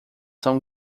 são